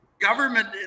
government